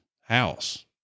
house